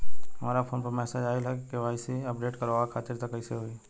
हमरा फोन पर मैसेज आइलह के.वाइ.सी अपडेट करवावे खातिर त कइसे होई?